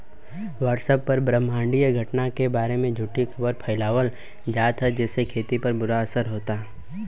WhatsApp पर ब्रह्माण्डीय घटना के बारे में झूठी खबर फैलावल जाता जेसे खेती पर बुरा असर होता